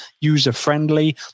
user-friendly